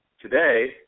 Today